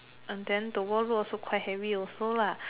and the workload also quite heavy also lah